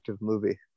movie